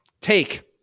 Take